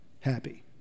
happy